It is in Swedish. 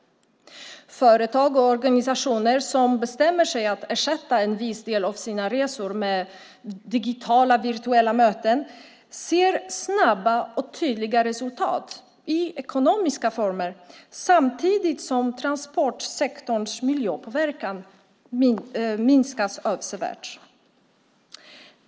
Företag och organisationer som bestämmer sig för att ersätta en viss del av sina resor med digitala, virtuella, möten ser snabba och tydliga resultat i ekonomiska former samtidigt som transportsektorns miljöpåverkan minskas avsevärt.